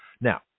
Now